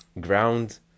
ground